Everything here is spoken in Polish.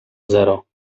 zero